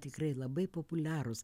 tikrai labai populiarūs